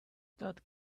that